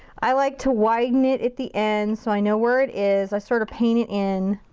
i like to widen it at the end so i know where it is. i sort of paint it in.